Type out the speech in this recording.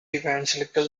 evangelical